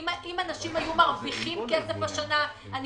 אם אנשים היו מרוויחים כסף השנה אני